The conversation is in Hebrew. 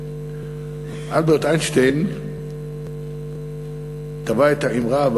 אלברט איינשטיין טבע את האמרה,